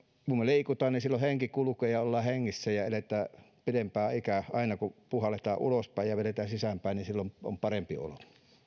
kun me liikumme silloin henki kulkee ja ollaan hengissä ja eletään pidempään aina kun puhalletaan ulospäin ja vedetään sisäänpäin niin silloin on parempi olo